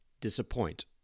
disappoint